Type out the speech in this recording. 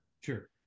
Sure